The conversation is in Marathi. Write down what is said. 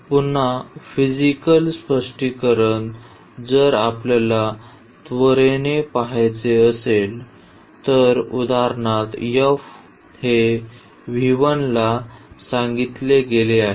तर पुन्हा फिजिकल स्पष्टीकरण जर आपल्याला त्वरेने पहायचे असेल तर उदाहरणार्थ f हे ला सांगितले गेले आहे